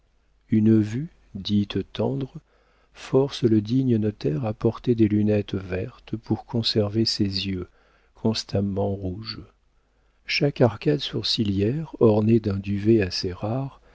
une vue dite tendre force le digne notaire à porter des lunettes vertes pour conserver ses yeux constamment rouges chaque arcade sourcilière ornée d'un duvet assez rare